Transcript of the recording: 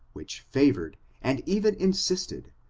which favored, and even insisted,